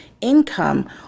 income